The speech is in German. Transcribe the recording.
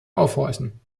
aufhorchen